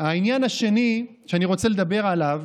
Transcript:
העניין השני שאני רוצה לדבר עליו,